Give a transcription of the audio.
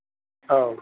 औ